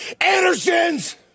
Andersons